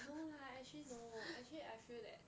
no lah actually no actually I feel that